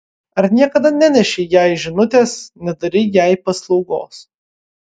ar niekada nenešei jai žinutės nedarei jai paslaugos